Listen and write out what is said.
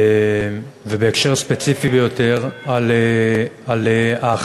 ובהקשר ספציפי ביותר, על ההחלטה